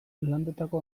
landetako